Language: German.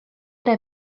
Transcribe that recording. der